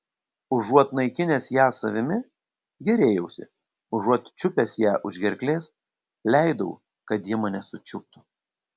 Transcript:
užuot naikinęs ją savimi gėrėjausi užuot čiupęs ją už gerklės leidau kad ji mane sučiuptų